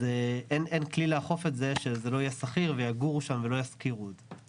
אין כלי לאכוף את זה שזה לא יהיה סחיר ויגורו שם ולא ישכירו את זה.